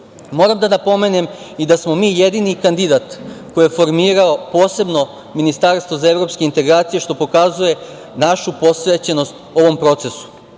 EU.Moram da napomenem i da smo mi jedini kandidat koji je formirao posebno Ministarstvo za evropske integracije, što pokazuje našu posvećenost ovom procesu,